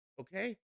okay